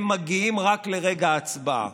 הם מגיעים רק לרגע ההצבעה,